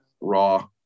raw